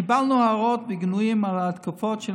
קיבלנו הערות וגינויים על ההתקפות של